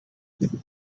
looking